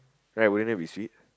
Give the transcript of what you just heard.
right wouldn't that be sweet